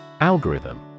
Algorithm